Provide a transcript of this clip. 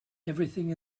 everything